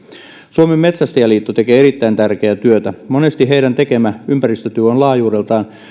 suomen metsästäjäliitto tekee erittäin tärkeää työtä monesti heidän tekemänsä ympäristötyö on laajuudeltaan